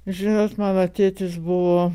žinot mano tėtis buvo